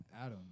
Adam